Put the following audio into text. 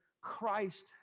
Christ